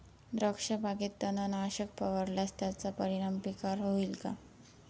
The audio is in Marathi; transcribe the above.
द्राक्षबागेत तणनाशक फवारल्यास त्याचा परिणाम पिकावर होईल का?